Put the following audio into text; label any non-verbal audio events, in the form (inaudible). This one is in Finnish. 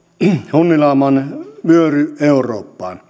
hunnilauman vyöry eurooppaan (unintelligible)